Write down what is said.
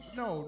no